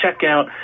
checkout